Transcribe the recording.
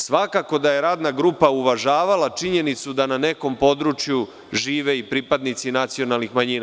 Svakako da je radna grupa uvažavala činjenicu da na nekom području žive i pripadnici nacionalnih manjina.